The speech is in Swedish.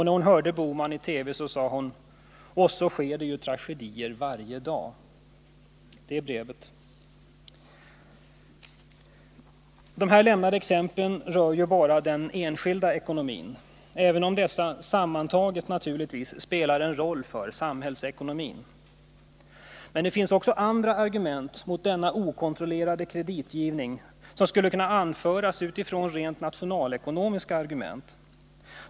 När hon hörde Bohman suckade hon: Och så sker det tragedier varje dag!” De här lämnade exemplen rör ju bara den enskilda ekonomin, även om de sammantaget naturligtvis spelar en roll för samhällsekonomin. Men det finns ju också andra argument mot denna okontrollerade kreditgivning som skulle kunna anföras utifrån rent nationalekonomiska utgångspunkter.